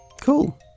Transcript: Cool